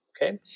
Okay